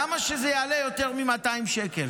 למה שזה יעלה יותר מ-200 שקל?